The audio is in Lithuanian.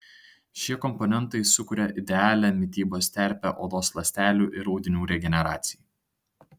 šie komponentai sukuria idealią mitybos terpę odos ląstelių ir audinių regeneracijai